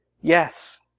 yes